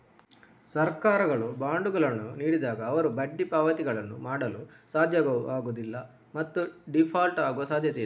ಸರ್ಕಾರಗಳು ಬಾಂಡುಗಳನ್ನು ನೀಡಿದಾಗ, ಅವರು ಬಡ್ಡಿ ಪಾವತಿಗಳನ್ನು ಮಾಡಲು ಸಾಧ್ಯವಾಗುವುದಿಲ್ಲ ಮತ್ತು ಡೀಫಾಲ್ಟ್ ಆಗುವ ಸಾಧ್ಯತೆಯಿದೆ